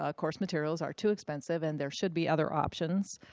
ah course materials are too expensive and there should be other options.